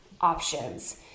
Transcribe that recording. options